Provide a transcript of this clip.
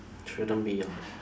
shouldn't be lah